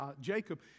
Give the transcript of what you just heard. Jacob